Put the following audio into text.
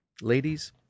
ladies